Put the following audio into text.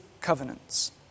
covenants